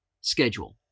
schedule